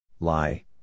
Lie